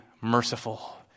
merciful